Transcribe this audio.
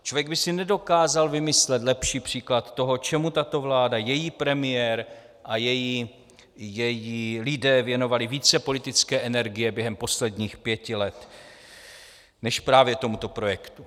Člověk by si nedokázal vymyslet lepší příklad toho, čemu tato vláda, její premiér a její lidé věnovali více politické energie během posledních pěti let než právě tomuto projektu.